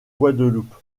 guadeloupe